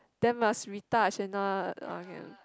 then must retouch and uh